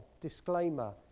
disclaimer